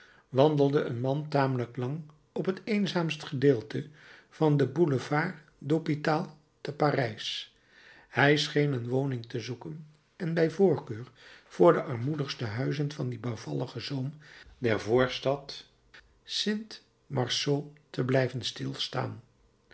wandelde een man tamelijk lang op het eenzaamst gedeelte van den boulevard de l'hôpital te parijs hij scheen een woning te zoeken en bij voorkeur voor de armoedigste huizen van dien bouwvalligen zoom der voorstad st marceau te blijven stilstaan